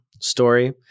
story